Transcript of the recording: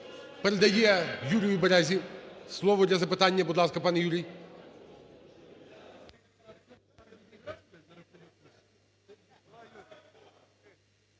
Передає Юрію Березі, слово для запитання. Будь ласка, пан Юрій.